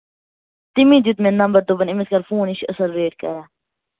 تٔمے دیُت مےٚ نَمبر ز دوٚپُن أمِس کر فون یہِ چھِ اَصٕل ریٹ کران